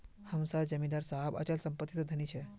हम सार जमीदार साहब अचल संपत्ति से धनी छे